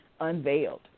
unveiled